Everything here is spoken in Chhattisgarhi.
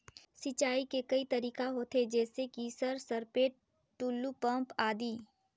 सिंचाई के कई तरीका होथे? जैसे कि सर सरपैट, टुलु पंप, आदि?